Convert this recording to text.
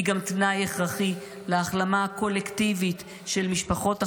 היא גם תנאי הכרחי להחלמה הקולקטיבית של משפחות החטופים,